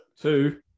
two